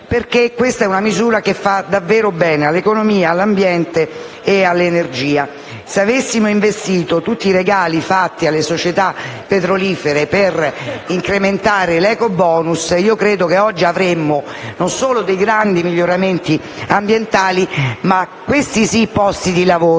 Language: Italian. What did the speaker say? - questa misura fa davvero bene all'economia, all'ambiente e all'energia. Se avessimo investito tutti i regali fatti alle società petrolifere per incrementare l'ecobonus, credo che oggi avremmo non solo dei grandi miglioramenti ambientali, ma anche posti di lavoro